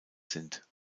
sind